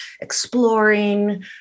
exploring